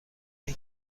این